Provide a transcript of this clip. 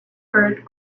bird